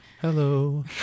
Hello